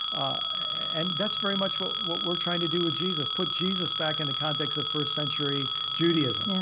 and that's very much what what we're trying to do with jesus. put jesus back into context of first century judaism, yeah